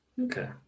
Okay